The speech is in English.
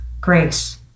grace